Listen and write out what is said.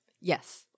Yes